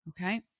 okay